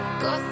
go